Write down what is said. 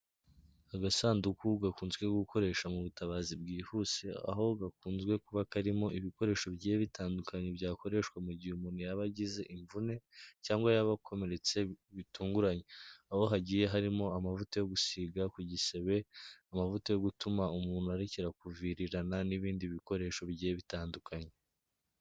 Agasanduku gakunzwe gukoresha mu butabazi bwihuse, aho gakunzwe kuba karimo ibikoresho bigiye bitandukanye byakoreshwa mu gihe umuntu yaba agize imvune cyangwa yaba akomeretse bitunguranye. Aho hagiye harimo amavuta yo gusiga ku gisebe, amavuta yo gutuma umuntu arekera kuvirirana n'ibindi bikoresho bigiye bitandukanye.